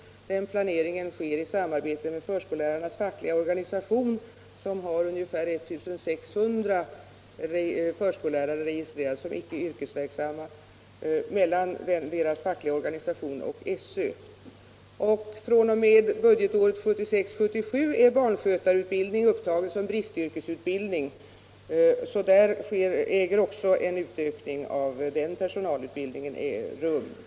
Den planeringen sker i samarbete med förskollärarnas fackliga organisation, som har ungefär 1 600 förskollärare registrerade som icke yrkesverksamma, och SÖ. fr.o.m. budgetåret 1976/77 är barnskötarutbildning upptagen som bristyrkesutbildning. Det äger alltså rum en utökning även av den personalutbildningen.